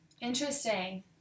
Interesting